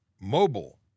mobile